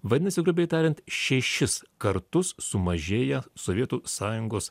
vadinasi grubiai tariant šešis kartus sumažėja sovietų sąjungos